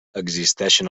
existeixen